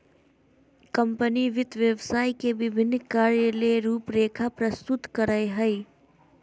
company वित्त व्यवसाय के विभिन्न कार्य ले रूपरेखा प्रस्तुत करय हइ